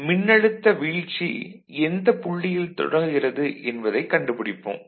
முதலில் மின்னழுத்த வீழ்ச்சி எந்த புள்ளியில் தொடங்குகிறது என்பதைக் கண்டுபிடிப்போம்